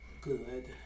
good